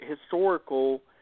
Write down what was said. historical